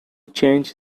change